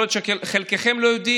יכול להיות שחלקכם לא יודעים,